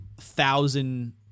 thousand